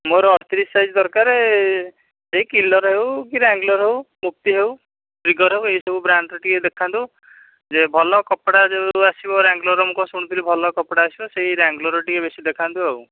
ମୋର ଅଠତିରିଶ ସାଇଜ୍ ଦରକାର ଏଇ କିଲର୍ ହେଉ କି ରେଙ୍ଗଲର୍ ହେଉ କି ମୁଫ୍ତି ହେଉ ଟ୍ରିଗର୍ ହେଉ ଏଇ ସବୁ ବ୍ରାଣ୍ଡ୍ର ଟିକିଏ ଦେଖାନ୍ତୁ ଭଲ କପଡ଼ା ଯେଉଁ ଆସିବ ରେଙ୍ଗଲୋର୍ର ମୁଁ କ'ଣ ଶୁଣିଥିଲି ରେଙ୍ଗଲର୍ ଭଲ କପଡ଼ା ସେଇ ରେଙ୍ଗଲର୍ର ଟିକିଏ ବେଶୀ ଦେଖାନ୍ତୁ ଆଉ